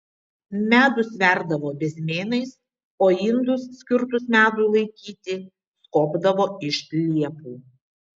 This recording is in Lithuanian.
medų sverdavo bezmėnais o indus skirtus medui laikyti skobdavo iš liepų